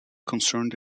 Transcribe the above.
concerned